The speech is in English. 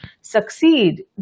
succeed